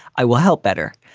i will help better,